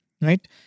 right